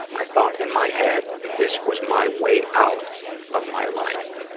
i thought in my head that this was my way out of my life.